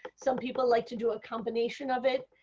some people like to do a combination of it.